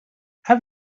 have